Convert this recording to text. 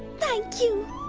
thank you.